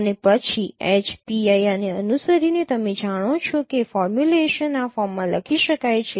અને પછી H pi આને અનુસરીને તમે જાણો છો કે ફોર્મ્યુલેશન આ ફોર્મમાં લખી શકાય છે